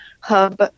hub